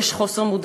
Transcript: יש חוסר מודעות,